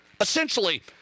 Essentially